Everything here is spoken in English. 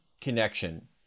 connection